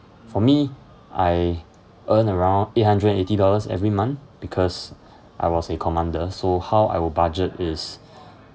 for me I earn around eight hundred and eighty dollars every month because I was a commander so how I would budget is